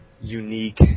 unique